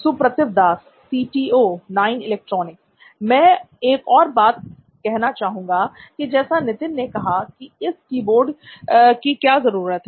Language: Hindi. सुप्रतिव दास सी टी ओ नॉइन इलेक्ट्रॉनिक्स मैं एक और बात कहना चाहूंगा कि जैसा नितिन ने कहा इस कीबोर्ड की क्या जरूरत है